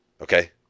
Okay